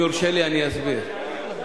אדוני היושב-ראש, אם יורשה לי, אני אסביר.